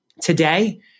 today